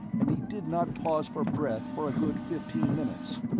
and he did not pause for breath for a good fifteen minutes.